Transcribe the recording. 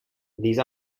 these